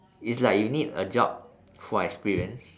it's like you need a job for experience